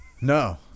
No